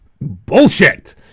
Bullshit